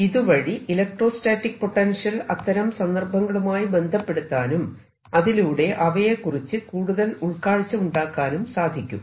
ഇതുവഴി electrostatic potential അത്തരം സന്ദർഭങ്ങളുമായി ബന്ധപ്പെടുത്താനും അതിലൂടെ അവയെക്കുറിച്ച് കൂടുതൽ ഉൾകാഴ്ച ഉണ്ടാക്കാനും സാധിക്കും